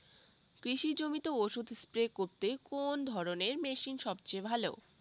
কৃষি জমিতে ওষুধ স্প্রে করতে কোন ধরণের মেশিন সবচেয়ে ভালো?